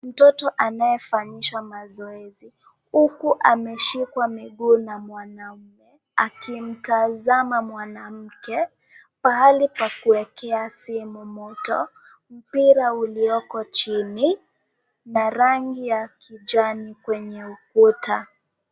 Mtoto anayefanyishwa mazoezi huku ameshika miguu na mwanaume. Akimtazama mwanamke pahali pa kuwekea simu moto, mpira ulioko chini na rangi ya kijani kibichi kwenye ukuta.